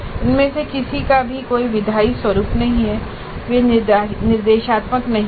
इनमें से किसी का भी कोई विधायी स्वरूप नहीं है वे निर्देशात्मक नहीं हैं